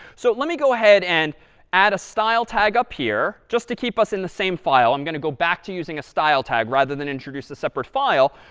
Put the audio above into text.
so let me go ahead and add a style tag up here. just to keep us in the same file, i'm going to go back to using a style tag rather than introduce a separate file.